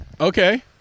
Okay